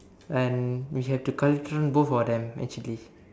and we have to கழட்டிவிடு:kazhatdividu both of them actually